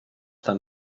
tan